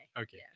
Okay